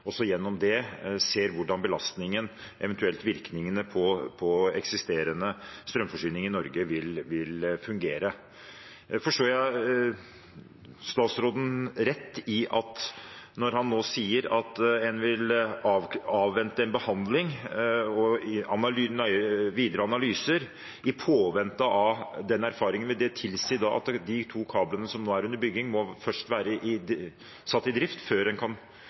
også gjennom det ser hvordan belastningen, eventuelt virkningene, på eksisterende strømforsyning i Norge vil fungere. Forstår jeg statsråden rett når han nå sier at en vil avvente en behandling og videre analyser i påvente av den erfaringen, at det da vil tilsi at de to kablene som nå er under bygging, først må være satt i drift før en kan